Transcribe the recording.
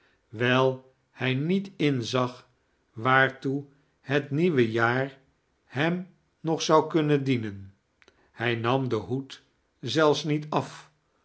wijl hij niet inzag waartoe het nieuwe jaax hem nog zou kunnen dienen hij nam den hoed zelfs niet af